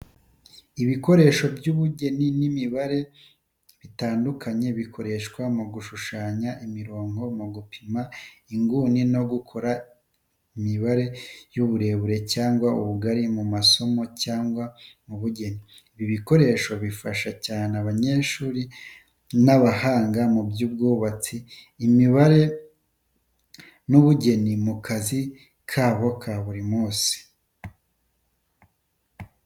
Ibikoresho by’ubugeni n’imibare bitandukanye bikoreshwa mu gushushanya imirongo, gupima inguni no gukora imibare y’uburebure cyangwa ubugari mu masomo cyangwa mu bugeni. Ibi bikoresho bifasha cyane abanyeshuri n’abahanga mu by’ubwubatsi, imibare n’ubugeni mu kazi kabo ka buri munsi.